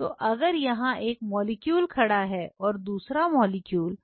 तो अगर यहां एक मॉलिक्यूल खड़ा है और दूसरा मॉलिक्यूल